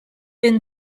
been